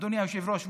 אדוני היושב-ראש,